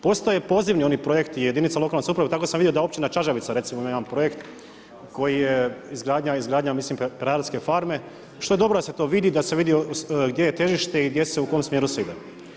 Postoje pozivni oni projekti i jedinice lokalne samouprave, tako sam vidio da općina Čađavica, recimo, ima jedan projekt koji je izgradnja, mislim, peradarske farme, što je dobro da se to vidi, da se vidi gdje je težište i gdje se, u kojem smjeru se ide.